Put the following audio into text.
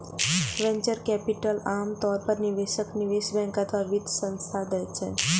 venture capital आम तौर पर निवेशक, निवेश बैंक अथवा वित्त संस्थान दै छै